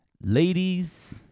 Ladies